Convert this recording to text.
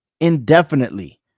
indefinitely